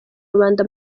rubanda